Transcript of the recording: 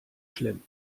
schlimm